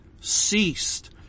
ceased